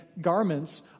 garments